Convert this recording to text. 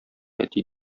әти